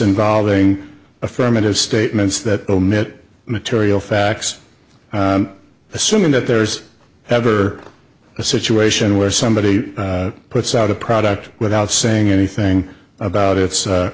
involving affirmative statements that omit material facts assuming that there's ever a situation where somebody puts out a product without saying anything about its